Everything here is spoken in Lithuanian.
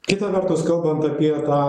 kita vertus kalbant apie tą